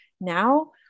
now